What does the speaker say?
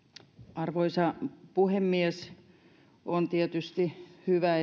arvoisa puhemies on tietysti hyvä